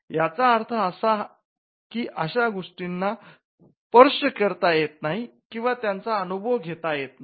याचा अर्थ असा की अशा गोष्टींना स्पर्श करता येत नाही किंवा त्यांचा अनुभव घेता येत नाही